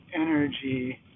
energy